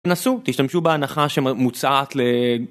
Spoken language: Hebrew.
תנסו, תשתמשו בהנחה שמוצעת ל...